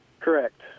Correct